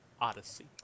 Odyssey